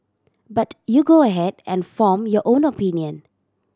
but you go ahead and form your own opinion